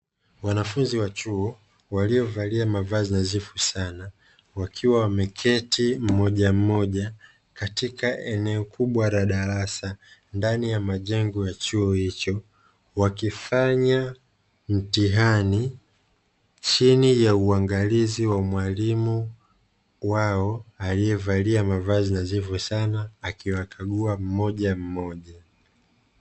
Wanafunzi wa chuo waliovalia mavazi nadhifu sana wakiwa wameketi mmoja mmoja katika eneo kubwa la darasa, ndani ya majengo ya chuo hicho wakifanya mtihani chini ya uangalizi wa mwalimu wao aliyevalia mavazi nadhifu sana akiwakagua mmoja mmoja.